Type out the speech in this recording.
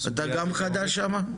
אתה גם חדש שם?